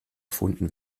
erfunden